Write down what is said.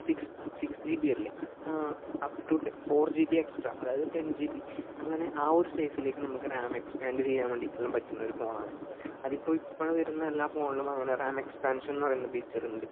six six G B അല്ലേ up to four G B extra അതായത് ten G B അങ്ങനെ ആ ഒരു സൈസിലേക്ക് നമുക്ക് റാം എക്സ്പാൻഡ് ചെയ്യാൻ വേണ്ടിയിട്ട് എല്ലാം പറ്റുന്ന ഒരു ഫോണാണ് അതിപ്പോൾ ഇപ്പോൾ വരുന്ന എല്ലാ ഫോണിലും അങ്ങനെ റാമ് എക്സ്പാൻഷൻ എന്ന് പറയുന്ന ഒരു ഫീച്ചറുണ്ട്